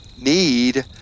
need